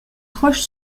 roche